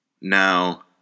Now